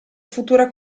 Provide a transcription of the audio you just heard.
futura